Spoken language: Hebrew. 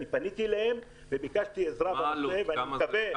אני פניתי אליהם וביקשתי עזרה בנושא ואני מקווה שנקבל.